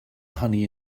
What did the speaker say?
honey